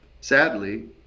Sadly